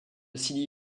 sidi